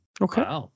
Okay